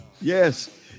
yes